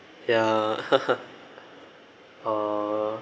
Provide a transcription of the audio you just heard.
ya oh